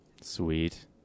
Sweet